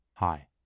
Hi